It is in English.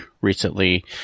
recently